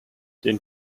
den